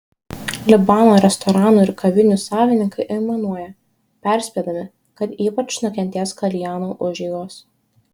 libano restoranų ir kavinių savininkai aimanuoja perspėdami kad ypač nukentės kaljanų užeigos